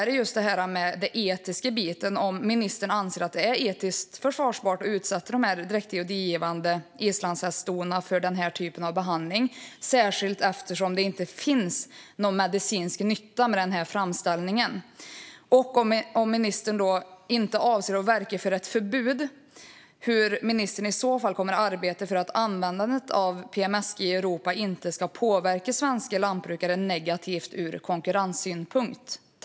Det gäller den etiska frågan och om ministern anser att det är etiskt försvarbart att utsätta de dräktiga och digivande islandshäststona för den här typen av behandling. Det gäller särskilt eftersom det inte finns någon medicinsk nytta med framställningen. Om ministern inte avser att verka för ett förbud, hur kommer ministern i så fall att arbeta för att användandet av PMSG i Europa inte ska påverka svenska lantbrukare negativt ur konkurrenssynpunkt?